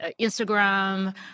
Instagram